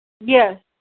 Yes